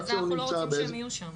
--- אנחנו לא רוצים שהם יהיו שם.